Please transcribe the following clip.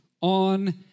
on